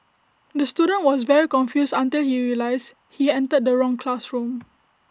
the student was very confused until he realised he entered the wrong classroom